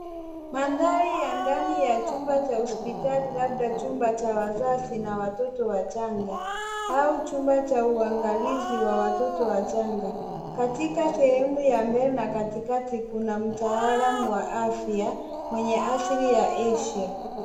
Mandhari ya ndani ya chumba cha hospitali labda chumba cha wazazi na watoto wachanga au chumba cha uangalizi wa watoto wachanga. Katika sehemu ya mbele na katikati kuna mtaalam wa afya mwenye asili ya Asia.